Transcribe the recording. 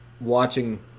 watching